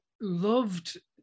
loved